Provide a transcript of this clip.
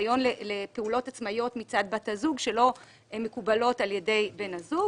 ניסיון לפעולות עצמאיות מצד בת הזוג שלא מקובלות על בן הזוג.